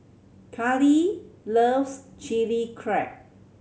Caylee loves Chilli Crab